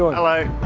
hello!